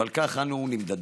ועל כך אנו נמדדים.